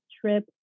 trip